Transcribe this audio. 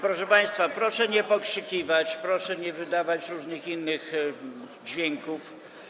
Proszę państwa, proszę nie pokrzykiwać, proszę nie wydawać różnych innych dźwięków.